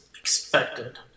expected